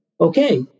okay